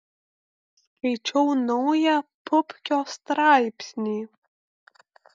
skaičiau naują pupkio straipsnį